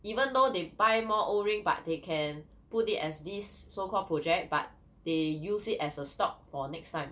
even though they buy more O ring but they can put it as this so called project but they use it as a stock for next time